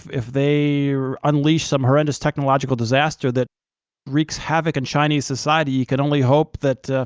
if they unleash some horrendous technological disaster that wreaks havoc in chinese society, you can only hope that,